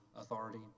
authority